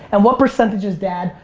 and what percentage is dad?